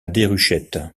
déruchette